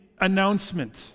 announcement